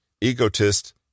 egotist